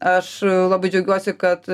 aš labai džiaugiuosi kad